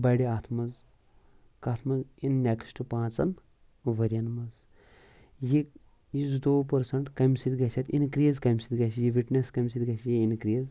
بَڈِ اَتھ منٛز کَتھ منٛز اِن نؠکسٹ پانٛژَن ؤرۍیَن منٛز یہِ یہِ زٕتووُہ پٔرسنٛٹ کَمہِ سٟتۍ گَژھِ اِنکرٛیٖز کَمہِ سٟتۍ گَژھِ یہِ وِٹنٮ۪س کَمہِ سٟتۍ گَژھِ یہِ اِنکرٛیٖز